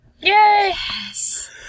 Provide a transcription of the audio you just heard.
Yes